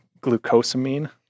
glucosamine